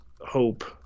hope